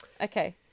Okay